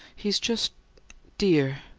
he's just dear!